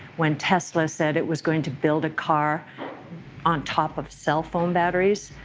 when tesla said it was going to build a car on top of cell phone batteries,